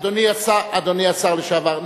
אדוני השר לשעבר,